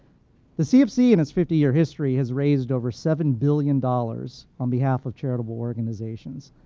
the cfc, in its fifty year history, has raised over seven billion dollars on behalf of charitable organizations.